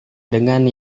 dengan